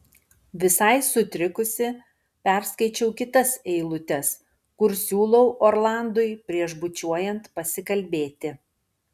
visai sutrikusi perskaičiau kitas eilutes kur siūlau orlandui prieš bučiuojant pasikalbėti